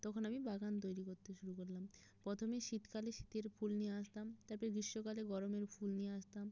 তখন আমি বাগান তৈরি করতে শুরু করলাম প্রথমে শীতকালে শীতের ফুল নিয়ে আসতাম তার পরে গ্রীষ্মকালে গরমের ফুল নিয়ে আসতাম